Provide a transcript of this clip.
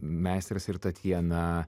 meistras ir tatjana